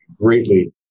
greatly